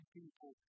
people